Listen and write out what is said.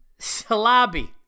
Salabi